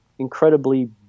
incredibly